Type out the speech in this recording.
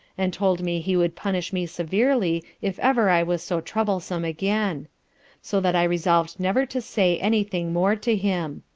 and told me he would punish me severely if ever i was so troublesome again so that i resolved never to say any thing more to him.